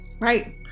Right